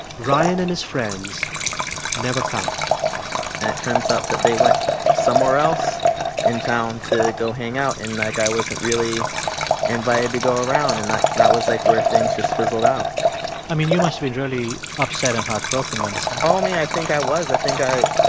ryan and his friends never come and it turns out that they went somewhere else in town to go hang out. and, like, i wasn't really invited to go around. and that that was, like, where things just fizzled out i mean, you must be really upset and heartbroken when this happened only i think i was. i think i